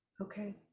Okay